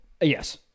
Yes